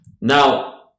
Now